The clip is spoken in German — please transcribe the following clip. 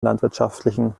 landwirtschaftlichen